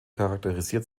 charakterisiert